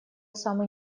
самый